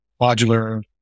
modular